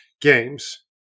games